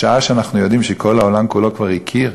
בשעה שאנחנו יודעים שכל העולם כולו כבר הכיר,